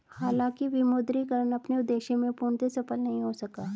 हालांकि विमुद्रीकरण अपने उद्देश्य में पूर्णतः सफल नहीं हो सका